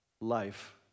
life